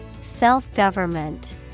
Self-government